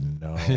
no